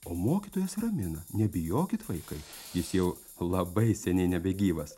o mokytojas ramina nebijokit vaikai jis jau labai seniai nebegyvas